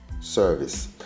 service